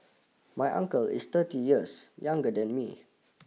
my uncle is thirty years younger than me